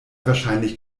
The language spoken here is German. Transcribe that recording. wahrscheinlich